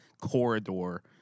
corridor